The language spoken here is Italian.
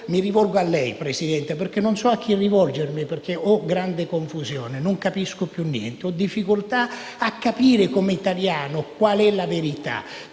Mi rivolgo a lei, Presidente, perché non so a chi rivolgermi: ho grande confusione, non capisco più niente, ho difficoltà a capire come italiano quale sia la verità: